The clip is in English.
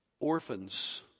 Orphans